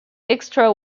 extra